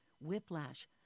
whiplash